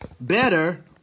better